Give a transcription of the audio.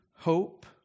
Hope